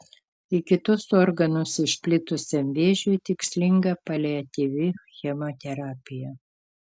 į kitus organus išplitusiam vėžiui tikslinga paliatyvi chemoterapija